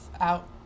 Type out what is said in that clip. out